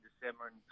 December